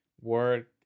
work